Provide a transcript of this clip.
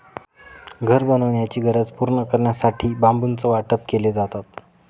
घर बनवण्याची गरज पूर्ण करण्यासाठी बांबूचं वाटप केले जातात